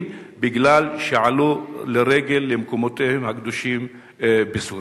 בגלל שעלו לרגל למקומותיהם הקדושים בסוריה?